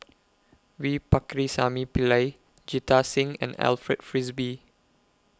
V Pakirisamy Pillai Jita Singh and Alfred Frisby